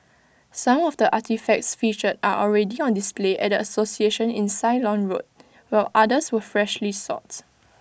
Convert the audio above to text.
some of the artefacts featured are already on display at the association in Ceylon road while others were freshly sought